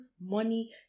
money